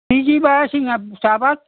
কি কি বাৰে চিঙে চাহপাত